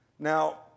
Now